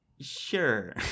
Sure